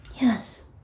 Yes